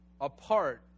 apart